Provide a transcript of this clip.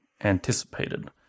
anticipated